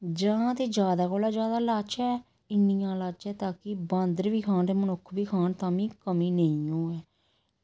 जां ते ज्यादा कोला ज्यादा लाचै इन्नियां लाचै ताकि बांदर बी खान ते मनुक्ख बी खान ताम्मीं कमी नेईं होऐ